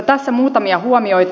tässä muutamia huomioita